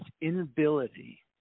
inability